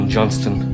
Johnston